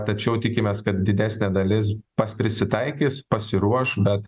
tačiau tikimės kad didesnė dalis pas prisitaikys pasiruoš bet